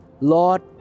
Lord